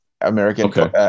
American